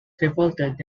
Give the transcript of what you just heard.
revolted